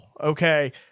okay